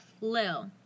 Lil